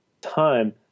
time